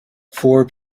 four